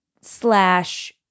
slash